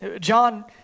John